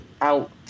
out